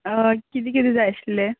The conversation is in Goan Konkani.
आ कितें कितें जाय आशिल्लें